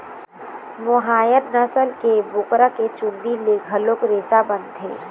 मोहायर नसल के बोकरा के चूंदी ले घलोक रेसा बनथे